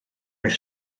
oedd